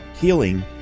healing